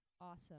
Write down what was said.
awesome